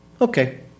Okay